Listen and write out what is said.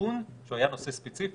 האיכון שהיה נושא ספציפי.